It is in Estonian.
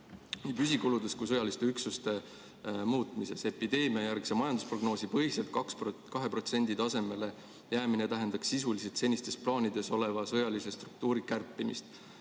püsikuludes kui ka sõjaliste üksuste muutmises. Epideemiajärgse majandusprognoosi põhiselt 2% tasemele jäämine tähendaks sisuliselt senistes plaanides oleva sõjalise struktuuri kärpimist.